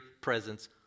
presence